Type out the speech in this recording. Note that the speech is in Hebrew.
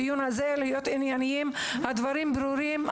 הדברים ברורים.